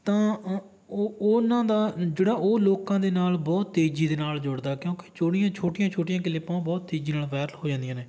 ਤਾਂ ਉਹ ਉਹਨਾਂ ਦਾ ਜਿਹੜਾ ਉਹ ਲੋਕਾਂ ਦੇ ਨਾਲ ਬਹੁਤ ਤੇਜੀ ਦੇ ਨਾਲ ਜੁੜਦਾ ਕਿਉਂਕਿ ਛੋਟੀਆਂ ਛੋਟੀਆਂ ਛੋਟੀਆਂ ਕਲਿੱਪਾਂ ਉਹ ਬਹੁਤ ਤੇਜੀ ਨਾਲ ਵਾਇਰਲ ਹੋ ਜਾਂਦੀਆਂ ਨੇ